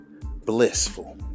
blissful